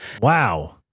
Wow